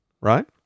right